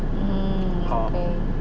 mm okay